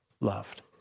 Loved